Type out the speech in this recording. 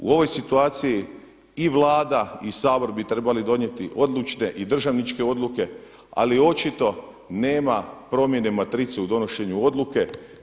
U ovoj situaciji i Vlada i Sabor bi trebali donijeti odlučne i državničke odluke, ali očito nema promjene matrice u donošenju odluke.